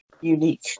unique